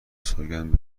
سوگند